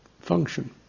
function